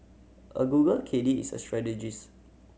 a Google caddie is a strategist